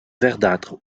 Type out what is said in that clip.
verdâtres